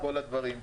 לכל הדברים.